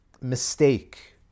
mistake